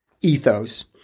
ethos